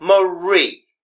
Marie